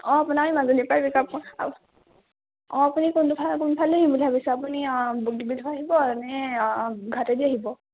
অঁ আপোনাক মাজুলীৰপৰা অঁ আপুনি কোনটোফালে কোনফালে আহিম বুলি ভাবিছে আপুনি বগীবিল হৈ আহিব নে ঘাটে দি আহিব